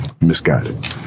misguided